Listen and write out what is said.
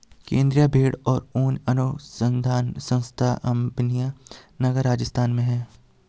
केन्द्रीय भेंड़ और ऊन अनुसंधान संस्थान अम्बिका नगर, राजस्थान में है